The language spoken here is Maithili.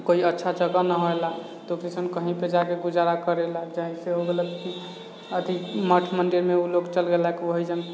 कोइ अच्छा जगह न होइला तऽ कैसन कहीँपर जाकऽ गुजारा करैला जाइ छै ओ गलत छै अथी मठ मन्दिरमे उ लोक चलि गेलै कोइ जन